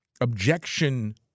Objection